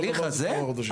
ההליך הזה?